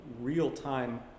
real-time